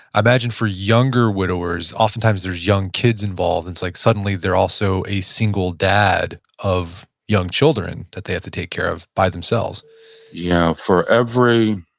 i imagine for younger widowers, oftentimes, young kids involved. it's like suddenly they're also a single dad of young children that they have to take care of by themselves yeah, for every